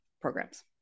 programs